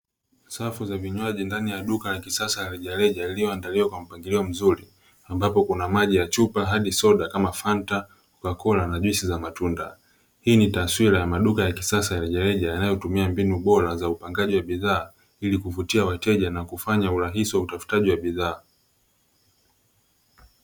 Safu za vinywaji ndani ya duka la kisasa la rejareja iliyoandaliwa kwa mpangilio mzuri ambapo kuna maji ya chupa hadi soda kama fanta, kokakola na juisi za matunda. Hii ni taswira ya maduka ya kisasa ya rejareja yanayotumia mbinu bora za upangaji wa bidhaa, ili kuvutia wateja na kufanya urahisi wa utautaji wa bidhaa.